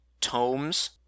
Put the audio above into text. tomes